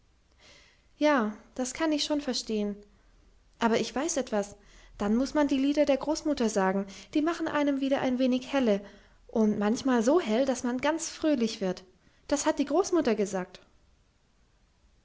ja das kann ich schon verstehen aber ich weiß etwas dann muß man die lieder der großmutter sagen die machen einem wieder ein wenig helle und manchmal so hell daß man ganz fröhlich wird das hat die großmutter gesagt